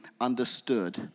understood